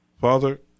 Father